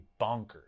bonkers